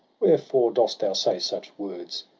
wherefore dost thou say such words?